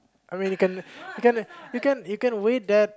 I mean you can you can you can you can wait that